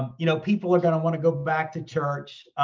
you know people are gonna wanna go back to church.